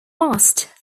must